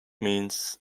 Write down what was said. means